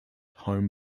home